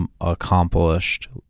accomplished